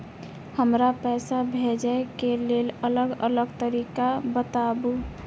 हमरा पैसा भेजै के लेल अलग अलग तरीका बताबु?